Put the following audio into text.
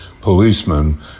policemen